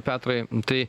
petrai tai